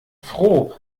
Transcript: froh